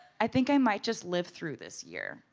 i think i might just live through this year.